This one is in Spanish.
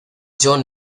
john